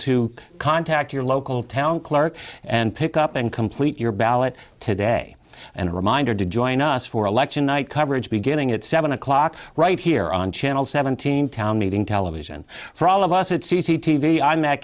to contact your local town clerk and pick up and complete your ballot today and a reminder to join us for election night coverage beginning at seven o'clock right here on channel seventeen town meeting television for all of us